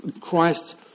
Christ